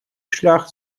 шлях